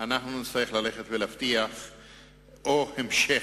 נצטרך להבטיח או המשך,